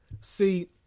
See